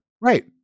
right